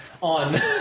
on